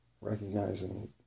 recognizing